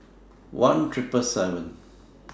one Triple seven